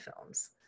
films